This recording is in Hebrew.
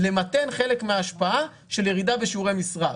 למתן חלק מההשפעה של ירידה בשיעורי משרה.